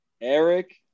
Eric